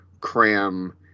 cram